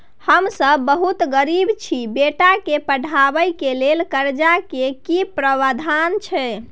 हम सब बहुत गरीब छी, बेटा के पढाबै के लेल कर्जा के की प्रावधान छै?